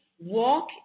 walk